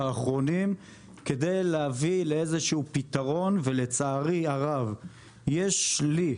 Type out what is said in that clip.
האחרונים כדי להביא לאיזה שהוא פתרון ולצערי הרב יש לי,